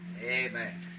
Amen